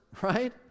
right